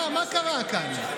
מה קרה כאן?